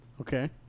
Okay